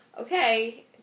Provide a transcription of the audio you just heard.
okay